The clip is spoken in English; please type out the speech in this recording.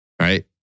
Right